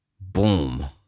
boom